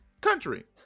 country